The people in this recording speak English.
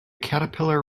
caterpillar